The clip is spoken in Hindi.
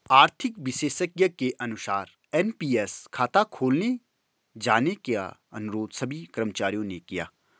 आर्थिक विशेषज्ञ के अनुसार एन.पी.एस खाता खोले जाने का अनुरोध सभी कर्मचारियों ने किया